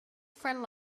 friend